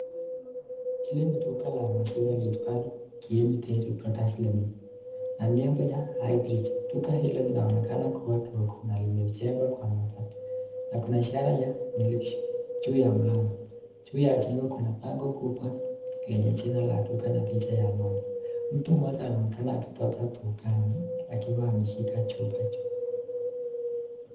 Hili ni duka la maziwa liitwalo Kieni Dairy Products Limited . Na nembo ya High Bridge . Duka hili linaonekana kuwa dogo na limejengwa kwa mabati. Na kuna ishara ya Milk Shop juu ya mlango. Juu ya jengo kuna bango kubwa lenye jina la duka na picha ya ng'ombe. Mtu mmoja anaonekana akitoka dukani akiwa ameshika chupa juu.